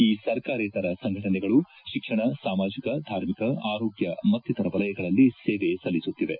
ಈ ಸರ್ಕಾರೇತರ ಸಂಘಟನೆಗಳು ಶಿಕ್ಷಣ ಸಾಮಾಜಿಕ ಧಾರ್ಮಿಕ ಆರೋಗ್ಲ ಮತ್ತಿತರ ವಲಯಗಳಲ್ಲಿ ಸೇವೆ ಸಲ್ಲಿಸುತ್ತಿವೆ